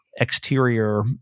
exterior